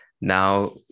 Now